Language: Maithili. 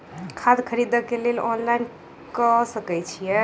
खाद खरीदे केँ लेल ऑनलाइन कऽ सकय छीयै?